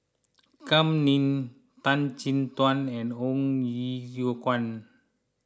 Kam Ning Tan Chin Tuan and Ong Ye Kung